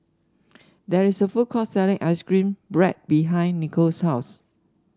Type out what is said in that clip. there is a food court selling ice cream bread behind Nicole's house